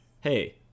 hey